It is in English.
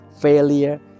failure